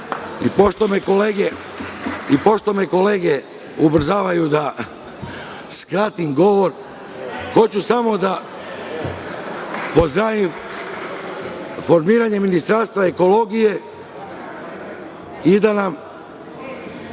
me kolege ubrzavaju da skratim govor, hoću samo da pozdravim formiranje Ministarstva ekologije i da nam